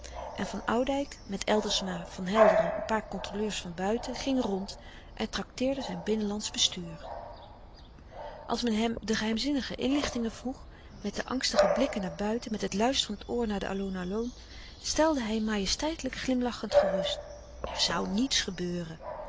en van oudijck met eldersma van helderen een paar controleurs van buiten ging rond en trakteerde zijn binnenlandsch bestuur als men hem de geheimzinnige inlichtingen vroeg met de angstige blikken naar buiten met het luisterend oor naar de aloon aloon stelde hij majesteitelijk glimlachend gerust er zoû niets gebeuren